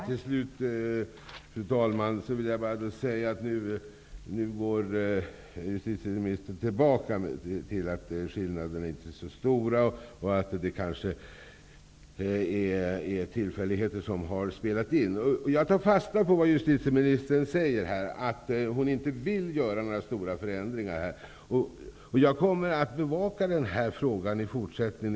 Fru talman! Till slut vill jag bara säga att justitieministern nu går tillbaka till att skillnaderna inte är så stora och att det kanske är tillfälligheter som har spelat in. Jag tar fasta på det justitieministern säger, att hon inte vill göra några stora förändringar. Jag kommer att bevaka den här frågan i fortsättningen.